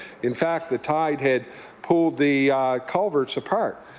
in fact, the tide had pulled the culverts apart,